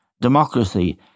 democracy